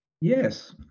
Yes